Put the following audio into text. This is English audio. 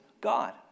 God